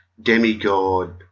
demigod